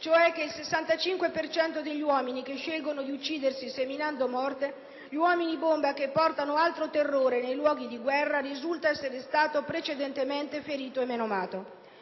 cioè che il 65 per cento degli uomini che scelgono di uccidersi seminando morte, gli uomini bomba che portano altro terrore nei luoghi di guerra, risulta essere stato precedentemente ferito e menomato.